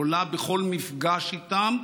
עולה בכל מפגש איתם,